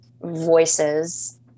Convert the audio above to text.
voices